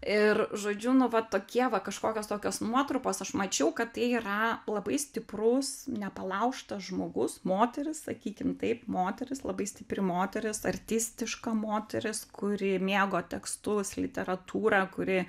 ir žodžiu nu va tokie va kažkokios tokios nuotrupos aš mačiau kad tai yra labai stiprus nepalaužtas žmogus moteris sakykim taip moteris labai stipri moteris artistiška moteris kuri mėgo tekstus literatūrą kuri